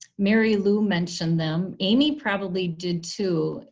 mary lou mentioned them, amy probably did too.